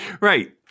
Right